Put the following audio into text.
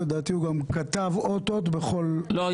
לדעתי הוא גם כתב אות אות בכל --- לא,